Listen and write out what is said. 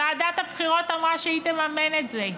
ועדת הבחירות אמרה שהיא תממן את זה.